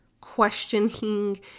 questioning